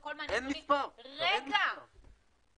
שהבאנו לפה היא מאוד משקפת את מה שאת אומרת.